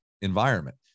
environment